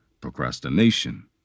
procrastination